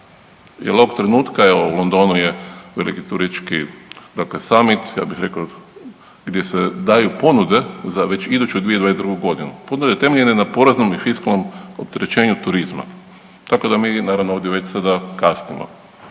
jer ovog trenutka je, u Londonu je veliki turistički dakle samit ja bih rekao gdje se daju ponude za već iduću 2022. godine. Ponude temeljene na poreznom i fiskalnom opterećenju turizma. Tako da mi naravno ovdje već sada kasnimo.